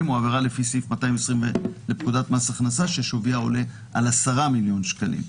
או עבירה לפי סעיף 220 לפקודת מס הכנסה ששוויה עולה על 10 מיליון שקלים.